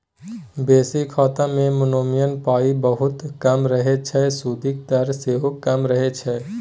basic खाता मे minimum पाइ बहुत कम रहय छै सुदिक दर सेहो कम रहय छै